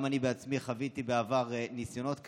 גם אני בעצמי חוויתי בעבר ניסיונות כאלה,